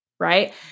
right